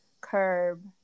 curb